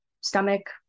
stomach